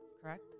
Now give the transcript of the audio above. Correct